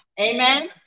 Amen